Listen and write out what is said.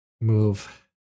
move